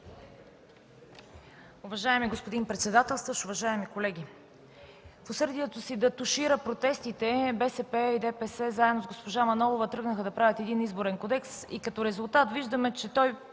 Уважаеми господин председателстващ, уважаеми колеги! В усърдието си да тушират протестите БСП и ДПС, заедно с госпожа Манолова тръгнаха да правят Изборен кодекс и като резултат виждаме, че той